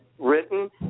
Written